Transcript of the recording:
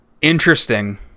Interesting